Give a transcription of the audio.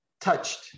touched